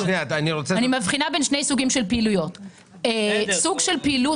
אומר שוב: הוועדה צריכה להחליט ביחס לנוהל של עצמה מה עולה כדי עובדות